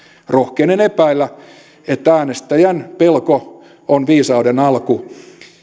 rohkenen epäillä että äänestäjän pelko on viisauden alku